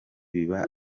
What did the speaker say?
biba